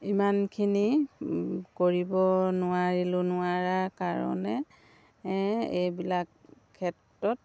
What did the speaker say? ইমানখিনি কৰিব নোৱাৰিলোঁ নোৱাৰা কাৰণে এইবিলাক ক্ষেত্ৰত